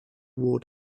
ward